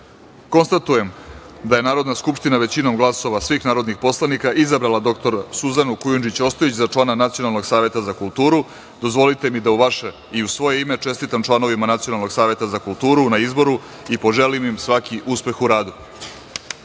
jedan. Konstatujem da je Narodna skupština većinom glasova svih narodnih poslanika izabrala dr Suzanu Kujundžić Ostojić za člana Nacionalnog saveta za kulturu. Dozvolite mi da u vaše i u svoje ime čestitam članovima Nacionalnog saveta za kulturu na izboru i poželim im uspeh u radu. Dame